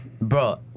Bro